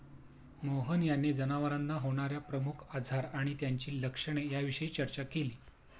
मोहन यांनी जनावरांना होणार्या प्रमुख आजार आणि त्यांची लक्षणे याविषयी चर्चा केली